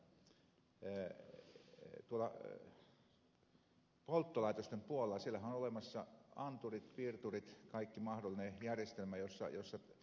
tuolla polttolaitosten puolellahan on olemassa anturit piirturit kaikki mahdollinen järjestelmä jolla savukaasut mitataan